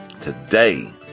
Today